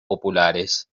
populares